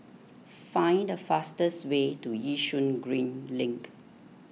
find the fastest way to Yishun Green Link